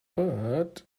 but